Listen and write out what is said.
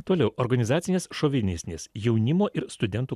toliau organizacinės šovinistinės jaunimo ir studentų